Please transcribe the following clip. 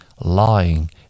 lying